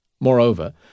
Moreover